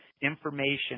information